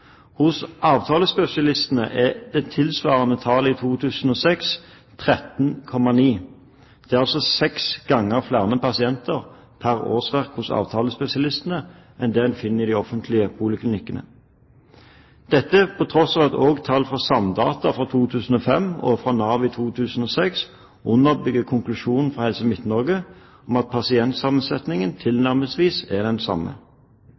Hos avtalespesialistene er det tilsvarende tallet i 2006 13,9. Det er seks ganger flere pasienter pr. årsverk hos avtalespesialistene enn det en finner i de offentlige poliklinikkene – dette til tross for at også tall fra SAMDATA for 2005 og fra Nav i 2006 underbygger konklusjonen fra Helse Midt-Norge om at pasientsammensetningen er tilnærmet den samme.